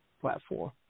platform